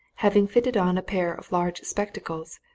having fitted on a pair of large spectacles,